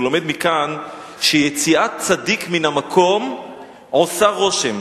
והוא לומד מכאן שיציאת צדיק מן המקום עושה רושם,